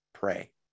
pray